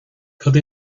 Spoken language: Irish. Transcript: cad